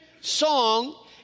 song